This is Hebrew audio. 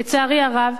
לצערי הרב,